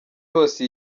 hose